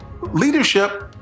Leadership